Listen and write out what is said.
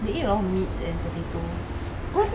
they eat a lot of meat and potato